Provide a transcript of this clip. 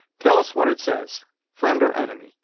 tell us what it says friend or enemy.